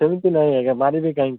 ସେମିତି ନାହିଁ ଆଜ୍ଞା ମାନିବି କାହିଁକି